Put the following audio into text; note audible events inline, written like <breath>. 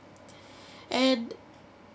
<breath> and